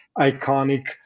iconic